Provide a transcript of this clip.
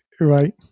Right